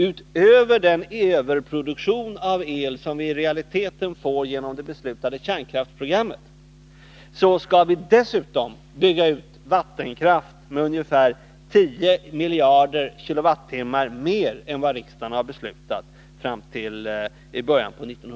Utöver den överproduktion av el som vi i realiteten får genom det beslutade kärnkraftsprogrammet, skall vi fram till början på 1990-talet bygga ut vattenkraften med ungefär 10 miljarder kWh mer än vad riksdagen har beslutat.